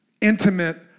intimate